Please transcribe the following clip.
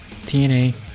TNA